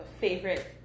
favorite